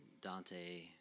Dante